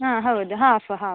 ಹಾಂ ಹೌದು half half